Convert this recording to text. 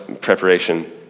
preparation